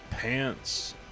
Pants